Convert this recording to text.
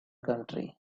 country